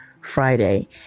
Friday